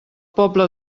poble